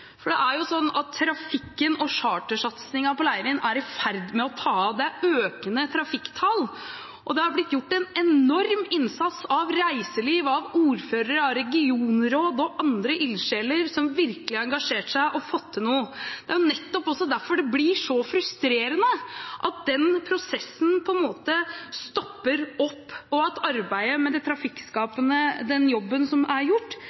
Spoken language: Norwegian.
Trafikken og chartersatsingen på Leirin er i ferd med å ta av. Det er stigende trafikktall, og det har blitt gjort en enorm innsats av reiseliv, av ordførere, av regionråd og andre ildsjeler som virkelig har engasjert seg og fått til noe. Det er også nettopp derfor det blir så frustrerende at den prosessen på en måte stopper opp, og at den jobben som er gjort,